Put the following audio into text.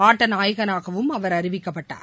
ஆட்டநாயகனாகவும் அவர் அறிவிக்கப்பட்டார்